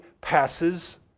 passes